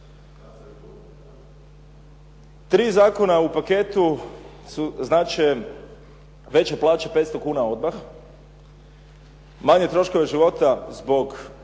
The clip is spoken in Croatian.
zakona u paketu znače veće plaće 500 kuna odmah, manje troškove života zbog